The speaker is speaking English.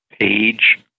page